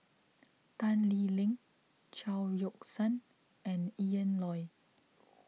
Tan Lee Leng Chao Yoke San and Ian Loy